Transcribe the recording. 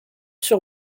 sur